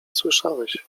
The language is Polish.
słyszałeś